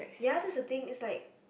ya this the thing is like